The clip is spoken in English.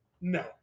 No